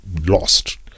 lost